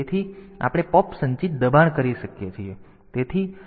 તેથી આપણે પૉપ સંચિત દબાણ કરી શકીએ છીએ